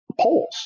polls